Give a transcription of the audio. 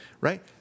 right